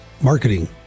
marketing